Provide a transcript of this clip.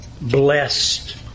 blessed